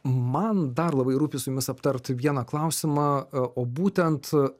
man dar labai rūpi su jumis aptart vieną klausimą o būtent